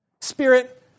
Spirit